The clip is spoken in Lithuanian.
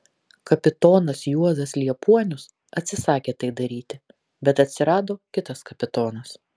kapitonas juozas liepuonius atsisakė tai daryti bet atsirado kitas kapitonas